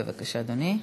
בבקשה, אדוני.